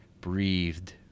breathed